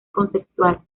conceptual